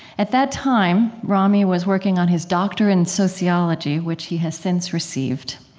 at that time, rami was working on his doctorate in sociology, which he has since received.